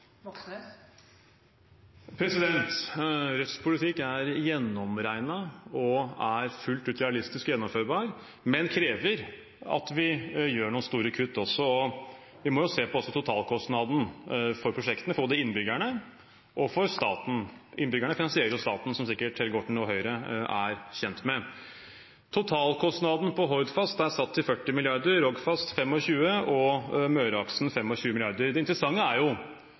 er gjennomregnet og fullt ut realistisk og gjennomførbar, men krever at vi gjør noen store kutt også. Vi må også se på totalkostnaden for prosjektene for både innbyggerne og staten. Innbyggerne finansierer jo staten, som Helge Orten og Høyre sikkert er kjent med. Totalkostnaden på Hordfast er satt til 40 mrd. kr, Rogfast 25 mrd. kr og Møreaksen 25 mrd. kr. Det interessante er